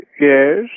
yes